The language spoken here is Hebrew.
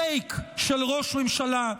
פייק של ראש ממשלה,